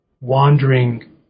wandering